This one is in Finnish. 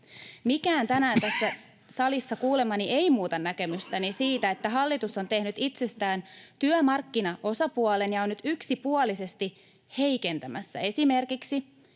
Mikään tänään tässä salissa kuulemani ei muuta näkemystäni siitä, että hallitus on tehnyt itsestään työmarkkinaosapuolen ja on nyt yksipuolisesti esimerkiksi